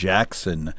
Jackson